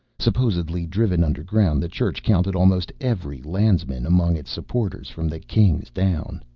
supposedly driven underground, the church counted almost every landsman among its supporters from the kings down.